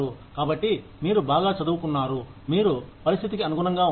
కాబట్టి మీరు బాగా చదువుకున్నారు మీరు పరిస్థితికి అనుగుణంగా ఉంటారు